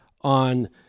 on